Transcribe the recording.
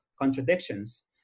contradictions